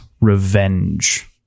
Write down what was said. revenge